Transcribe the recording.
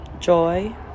joy